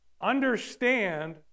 understand